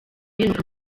numvaga